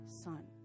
son